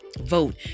vote